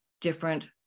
different